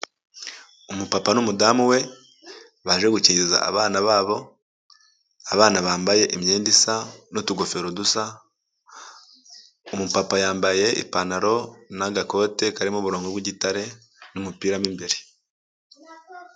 Umupapa n'umudamu we baje gukingiza babo, abana bambaye imyenda isa n'utugofero dusa, umupapa yambaye ipantaro n'agakote karimo uburongo bw'igitare n'umupira mu imbere.